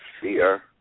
fear